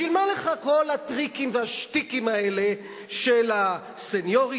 בשביל מה לך כל הטריקים והשטיקים האלה של הסניוריטי,